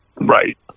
Right